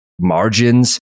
margins